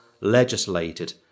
legislated